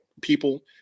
people